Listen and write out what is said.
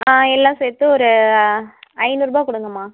ஆ எல்லாம் சேர்த்து ஒரு ஐந்நூறுரூபா கொடுங்கம்மா